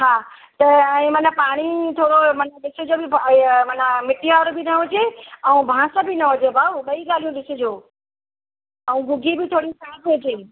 हा त हाणे माना पाणी थोरो माना जेको माना मिटी वारो बि न हुजे ऐं बांस बि न हुजे भाऊ ॿई ॻाल्हियूं ॾिसिजो ऐं गुगी बि थोरी साफ़ु हुजे